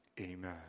Amen